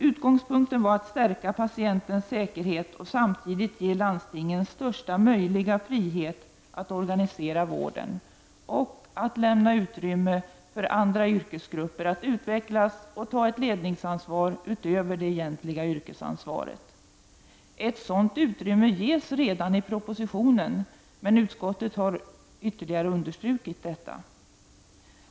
Utgångspunkten var att stärka patientens säkerhet och samtidigt ge landstingen största möjliga frihet att organisera vården samt att lämna utrymme för andra yrkesgrupper att utvecklas och ta ett ledningsansvar utöver det egentliga yrkesansvaret. Ett sådant utrymme ges redan i propositionen, men utskottet har ytterligare understrukit detta.